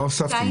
מה הוספתם?